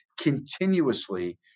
continuously